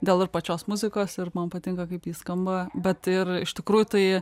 dėl ir pačios muzikos ir man patinka kaip ji skamba bet ir iš tikrųjų tai